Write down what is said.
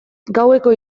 gaueko